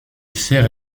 sert